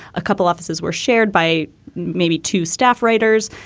a couple offices were shared by maybe two staff writers.